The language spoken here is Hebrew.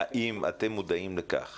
האם אתם מודעים לכך